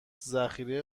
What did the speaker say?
ذخیره